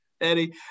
Eddie